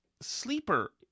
Sleeper